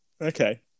okay